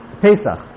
Pesach